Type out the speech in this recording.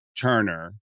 Turner